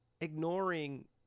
ignoring